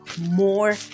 more